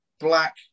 black